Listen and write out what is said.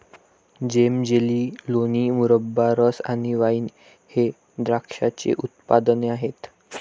जेम, jelly, लोणी, मुरब्बा, रस आणि वाइन हे द्राक्षाचे उत्पादने आहेत